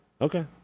Okay